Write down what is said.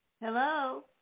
Hello